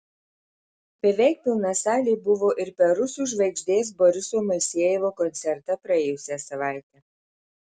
beveik pilna salė buvo ir per rusų žvaigždės boriso moisejevo koncertą praėjusią savaitę